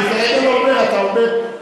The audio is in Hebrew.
אני כרגע לא אומר.